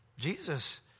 Jesus